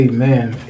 Amen